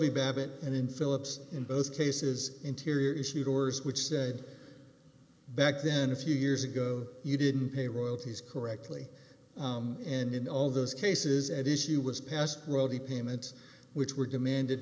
y babbitt and in philips in both cases interior issued orders which said back then a few years ago you didn't pay royalties correctly and in all those cases at issue was past rody payments which were demanded